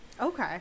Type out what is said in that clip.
Okay